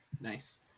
Nice